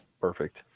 perfect